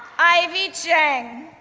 ivy jiang,